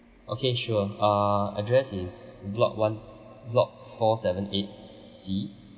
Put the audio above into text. okay sure uh address is block one block four seven eight C